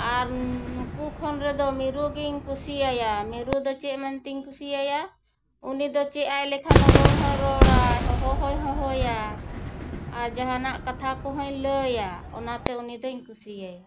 ᱟᱨ ᱱᱩᱠᱩ ᱠᱷᱚᱱ ᱨᱮᱫᱚ ᱢᱤᱨᱩ ᱜᱤᱧ ᱠᱩᱥᱤᱭᱟᱭᱟ ᱢᱤᱨᱩ ᱫᱚ ᱪᱮᱫ ᱢᱮᱱ ᱛᱤᱧ ᱠᱩᱥᱤᱭᱟᱭᱟ ᱩᱱᱤ ᱫᱚ ᱪᱮᱫ ᱟᱭ ᱞᱮᱠᱷᱟᱱ ᱨᱚᱲ ᱦᱚᱸᱭ ᱨᱚᱲᱟᱭ ᱦᱚᱦᱚ ᱦᱚᱸᱭ ᱦᱚᱦᱚᱭᱟᱭ ᱟᱨ ᱡᱟᱦᱟᱱᱟᱜ ᱠᱟᱛᱷᱟ ᱠᱚᱦᱚᱸᱭ ᱞᱟᱹᱭᱟ ᱚᱱᱟᱛᱮ ᱩᱱᱤᱫᱩᱧ ᱠᱩᱥᱤᱭᱟᱭᱟ